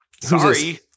sorry